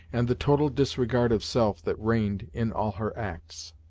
and the total disregard of self that reigned in all her acts.